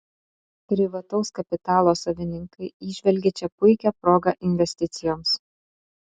privataus kapitalo savininkai įžvelgia čia puikią progą investicijoms